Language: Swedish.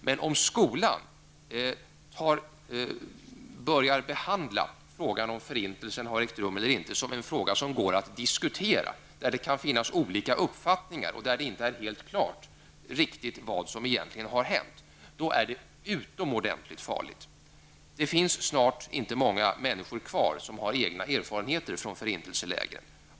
Men om skolan börjar behandla frågan om huruvida förintelsen har ägt rum eller inte som en fråga som det går att diskutera -- där det alltså skulle finnas olika uppfattningar, och där det inte är riktigt klart vad som egentligen har hänt -- är det utomordentligt farligt. Det finns snart inga människor kvar som har egna erfarenheter av förintelselägren.